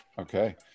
Okay